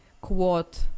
quote